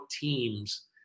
teams